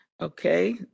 Okay